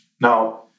now